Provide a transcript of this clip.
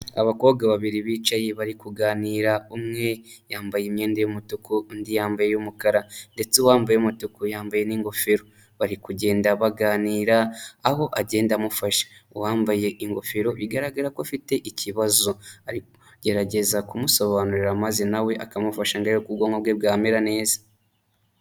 Abakobwa babiri bicaye bari kuganira, umwe yambaye imyenda y'umutuku, undi yambaye iy'umukara ndetse wambaye iy'umutuku yambaye n'ingofero, bari kugenda baganira aho agenda amufasha, uwambaye ingofero bigaragara ko afite ikibazo, ari kugerageza kumusobanurira maze na we akamufasha ngo arebe ko ubwonko bwe bwamera neza.